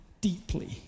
deeply